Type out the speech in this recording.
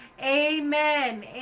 Amen